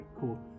Cool